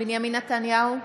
בנימין נתניהו,